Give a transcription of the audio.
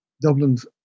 Dublin's